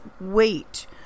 wait